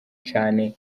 cane